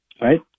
right